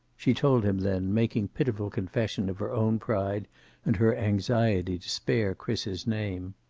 she told him then, making pitiful confession of her own pride and her anxiety to spare chris's name.